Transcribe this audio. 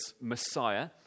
Messiah